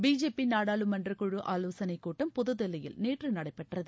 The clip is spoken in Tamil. பிஜேபி நாடாளுமன்றக் குழு ஆலோசனைக் கூட்டம் புதுதில்லியில் நேற்று நடைபெற்றது